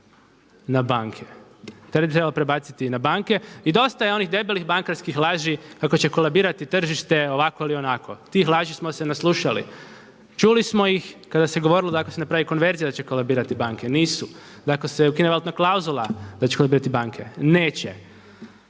na banke. Teret bi trebalo prebaciti na banke. I dosta je onih debelih bankarskih laži kako će kolabirati tržište ovako ili onako. Tih laži smo se naslušali. Čuli smo ih kada se govorilo da ako se napravi konverzija da će kolabirati banke, nisu, da ako se ukine valutna klauzula da će kolabirati banke, neće.